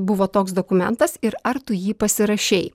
buvo toks dokumentas ir ar tu jį pasirašei